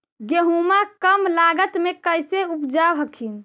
गेहुमा कम लागत मे कैसे उपजाब हखिन?